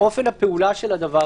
אופן הפעולה של זה.